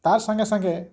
ତାର୍ ସାଙ୍ଗେ ସାଙ୍ଗେ